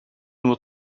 nur